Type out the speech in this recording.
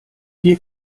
wir